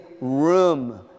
room